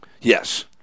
Yes